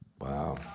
Wow